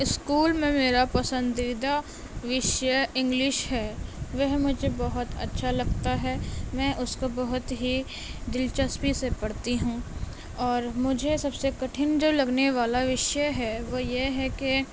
school میں میرا پسندیدہ وشے انگلش ہے وہ مجھے بہت اچھا لگتا ہے میں اس کو بہت ہی دلچسپی سے پڑھتی ہوں اور مجھے سب سے کٹھن جو لگنے والا وشے ہے وہ یہ ہے کہ